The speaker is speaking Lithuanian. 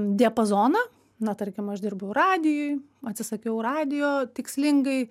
diapazoną na tarkim aš dirbau radijuj atsisakiau radijo tikslingai